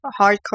hardcore